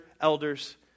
elders